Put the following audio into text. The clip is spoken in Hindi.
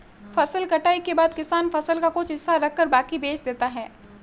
फसल कटाई के बाद किसान फसल का कुछ हिस्सा रखकर बाकी बेच देता है